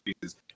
pieces